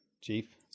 chief